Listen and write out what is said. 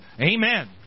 Amen